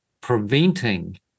preventing